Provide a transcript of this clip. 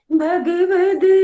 Bhagavad